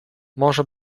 może